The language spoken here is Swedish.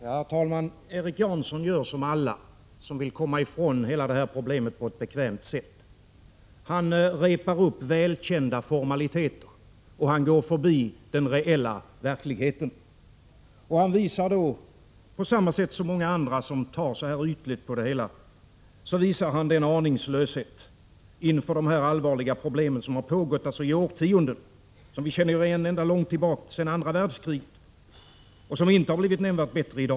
Herr talman! Erik Janson gör som alla som vill komma ifrån problemet på ett bekvämt sätt. Han upprepar välkända formaliteter och går förbi verkligheten. Då visar han, på samma sätt som många andra som tar så här ytligt på det hela, aningslöshet inför de här allvarliga problemen, som har funnits i årtionden. Vi känner ju igen dem ända sedan andra världskriget, och det är inte nämnvärt bättre i dag.